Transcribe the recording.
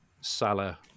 Salah